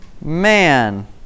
Man